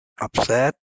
upset